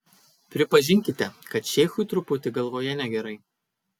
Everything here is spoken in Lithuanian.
pripažinkite kad šeichui truputį galvoje negerai